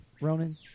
Ronan